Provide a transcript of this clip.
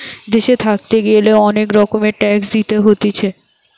দেশে থাকতে গ্যালে অনেক রকমের ট্যাক্স দিতে হতিছে